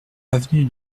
avenue